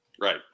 Right